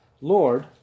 Lord